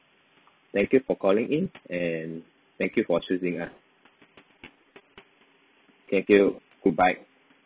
thank you for calling in and thank you for choosing us thank you goodbye